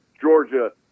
Georgia